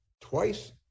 Twice